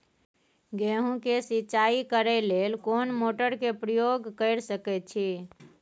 गेहूं के सिंचाई करे लेल कोन मोटर के प्रयोग कैर सकेत छी?